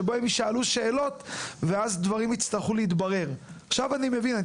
שבו הם יישאלו שאלות ואז דברים יצטרכו להתבהר; עכשיו אני מבין למה.